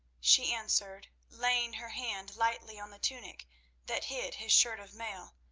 she answered, laying her hand lightly on the tunic that hid his shirt of mail.